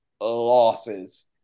losses